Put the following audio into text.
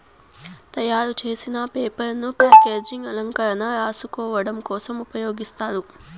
తయారు చేసిన పేపర్ ను ప్యాకేజింగ్, అలంకరణ, రాసుకోడం కోసం ఉపయోగిస్తారు